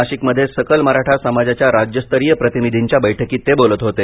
नाशिकमध्ये सकल मराठा समाजाच्या राज्यस्तरीय प्रतिनिधींच्या बैठकीत ते बोलत होते